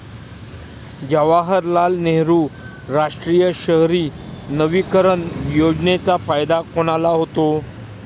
जवाहरलाल नेहरू राष्ट्रीय शहरी नवीकरण योजनेचा फायदा कोणाला होतो?